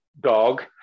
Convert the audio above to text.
dog